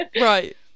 Right